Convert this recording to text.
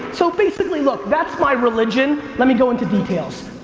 so basically look, that's my religion. let me go into details.